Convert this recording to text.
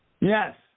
Yes